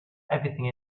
everything